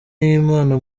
y’imana